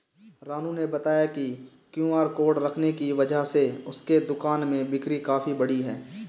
रानू ने बताया कि क्यू.आर कोड रखने की वजह से उसके दुकान में बिक्री काफ़ी बढ़ी है